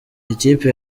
ikipe